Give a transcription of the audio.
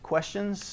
Questions